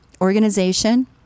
organization